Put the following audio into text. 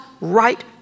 right